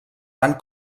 van